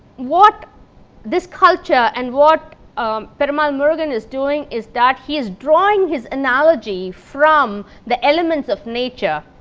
what this culture, and what um perumal murugan is doing is that he is drawing his analogy from the elements of nature,